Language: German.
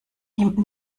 ihm